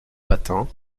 patin